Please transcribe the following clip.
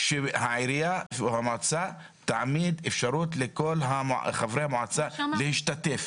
העירייה או המועצה תעמיד אפשרות לכל חברי המועצה להשתתף.